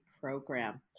program